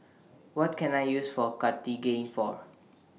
What Can I use For Cartigain For